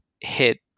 hit